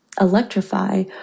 electrify